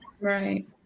Right